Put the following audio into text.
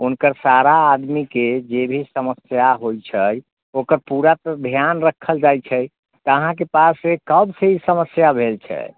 हुनकर सारा आदमीके जे भी समस्या होइ छै ओकर पूरा ध्यान रक्खल जाइ छै तऽ अहाँके पास कबसँ ई समस्या भेल छै